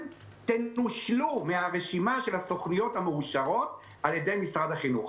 תנושלו מרשימת הסוכנויות המאושרות על ידי משרד החינוך.